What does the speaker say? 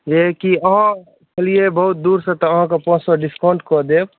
जॅं कि अहाँ अयलियै हन बहुत दूर सॅं तऽ अहाँके पाॅंच सए डिस्काउंट कय देब